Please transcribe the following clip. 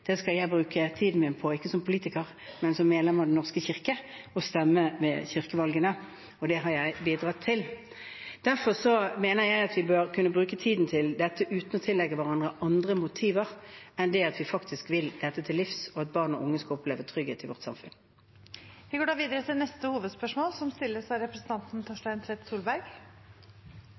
det skal jeg bruke tiden min på ikke som politiker, men som medlem av Den norske kirke og gjennom å stemme ved kirkevalgene. Det har jeg bidratt til. Derfor mener jeg at vi bør kunne bruke tiden til dette uten å tillegge hverandre andre motiver enn at vi faktisk vil det til livs, og at barn og unge skal oppleve trygghet i vårt samfunn. Vi går da videre til neste hovedspørsmål.